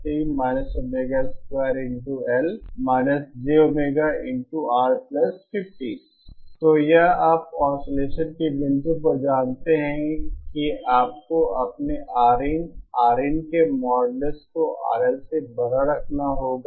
और यह आप ऑसिलेसन के बिंदु पर जानते हैं कि आपको अपने Rin Rin के मॉड्यूलस को RL से बड़ा रखना होगा